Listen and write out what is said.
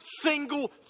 single